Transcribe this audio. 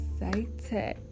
excited